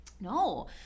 No